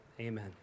Amen